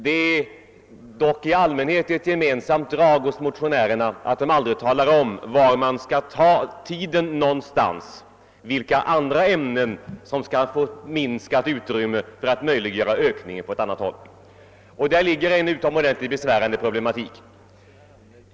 Det är dock i allmänhet ett gemensamt drag hos motionärerna att de aldrig talar om var någonstans man skall ta tiden — vilka andra ämnen som skall få minskat utrymme för att ökningen på ett håll skall möjliggöras. Och däri ligger en utomordentligt besvärlig problematik.